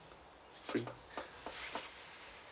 free